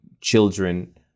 children